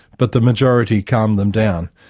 but the majority calmed them down.